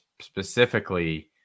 specifically